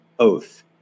oath